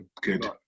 Good